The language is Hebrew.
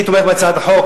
אני תומך בהצעת החוק,